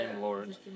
Lord